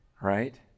right